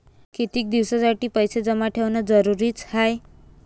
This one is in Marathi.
कितीक दिसासाठी पैसे जमा ठेवणं जरुरीच हाय?